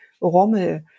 rommel